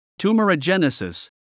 tumorigenesis